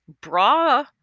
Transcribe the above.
bra